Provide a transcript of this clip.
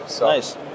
Nice